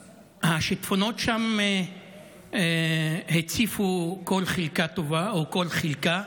השיטפונות שם הציפו כל חלקה טובה, או כל חלקה.